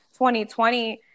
2020